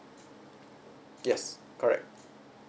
yes correct